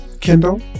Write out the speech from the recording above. Kindle